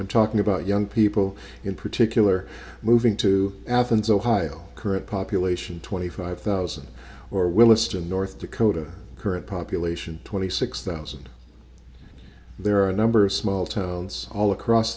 i'm talking about young people in particular moving to athens ohio current population twenty five thousand or williston north dakota current population twenty six thousand there are a number of small towns all across